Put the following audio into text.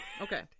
Okay